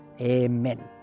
amen